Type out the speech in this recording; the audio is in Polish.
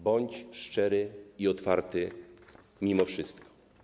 Bądź szczery i otwarty, mimo wszystko.